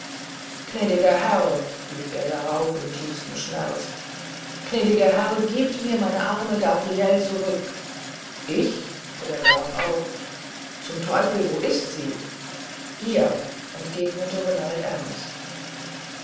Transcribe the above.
gnädiger herr rief er darauf im tiefsten schmerz gnädiger herr gebt mir meine arme gabriele zurück ich fuhr der graf auf zum teufel wo ist sie hier entgegnete renald ernst